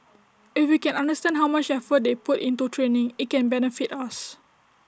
if we can understand how much effort they put into training IT can benefit us